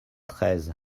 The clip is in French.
treize